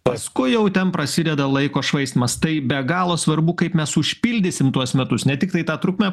paskui jau ten prasideda laiko švaistymas tai be galo svarbu kaip mes užpildysim tuos metus ne tiktai tą trukmę